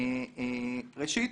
ראשית,